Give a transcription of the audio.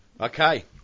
Okay